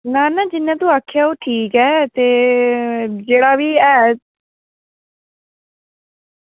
ना ना जियां तू आक्खेआ ओह् ठीक ऐ ते जेह्ड़ा बी ऐ